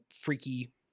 freaky